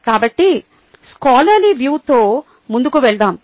కాబట్టి స్కోలర్లీ వ్యూతో ముందుకు వెళ్దాం